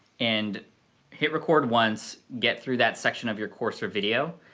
and hit record once, get through that section of your course or video.